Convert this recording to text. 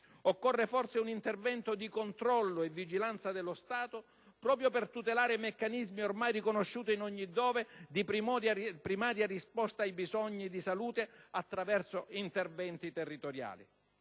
Occorre forse un intervento di controllo e vigilanza dello Stato proprio per tutelare meccanismi ormai riconosciuti in ogni dove, di primaria risposta ai bisogni di salute attraverso interventi territoriali.